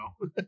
No